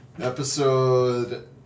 episode